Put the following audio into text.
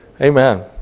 Amen